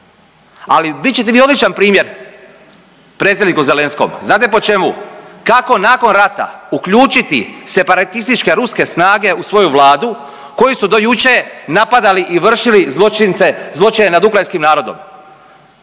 ali bit ćete vi odličan primjer predsjedniku Zelenskom, znate po čemu? Kako nakon rata uključiti separatističke ruske snage u svoju Vladu koju su do jučer napadali i vršili zločince, zločine nad ukrajinskim narodom,